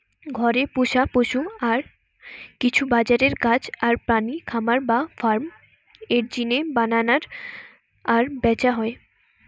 ঘরে পুশা পশু আর কিছু বাজারের গাছ আর প্রাণী খামার বা ফার্ম এর জিনে বানানা আর ব্যাচা হয়